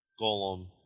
golem